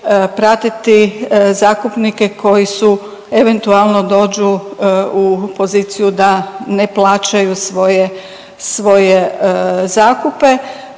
pratiti zakupnike koji su eventualno dođu u poziciju da ne plaćaju svoje, svoje